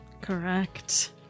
Correct